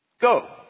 Go